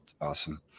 Awesome